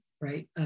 right